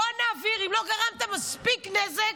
בוא נעביר, אם לא גרמת מספיק נזק,